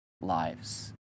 lives